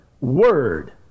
word